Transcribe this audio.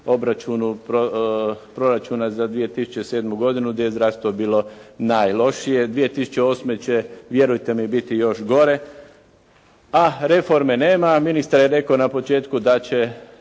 proračuna za 2007. godinu, gdje je zdravstvo bilo najlošije. 2008. vjerujte mi će biti još gore, a reforme nema, a ministar je rekao na početku da će